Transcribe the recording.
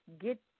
get